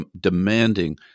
demanding